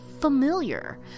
familiar